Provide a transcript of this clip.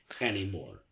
anymore